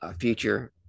future